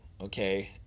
okay